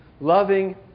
loving